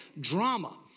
drama